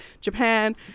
Japan